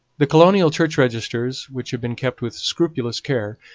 the colonial church registers, which have been kept with scrupulous care,